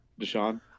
Deshaun